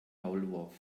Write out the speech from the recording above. maulwurf